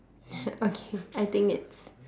okay I think it's